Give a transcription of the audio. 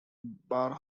bar